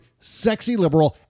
SEXYLIBERAL